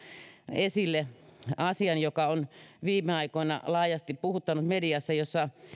esille asian joka on viime aikoina laajasti puhuttanut mediassa ja jossa